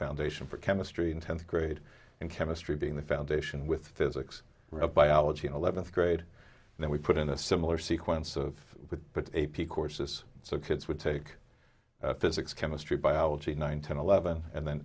foundation for chemistry in tenth grade and chemistry being the foundation with physics biology in eleventh grade and then we put in a similar sequence of with but a p courses so kids would take physics chemistry biology nine ten eleven and then